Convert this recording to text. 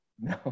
No